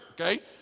Okay